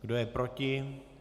Kdo je proti?